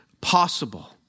possible